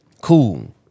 Cool